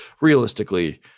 realistically